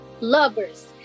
lovers